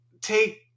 take